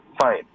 Fine